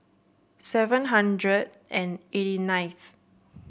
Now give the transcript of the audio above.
seven hundred and eighty ninth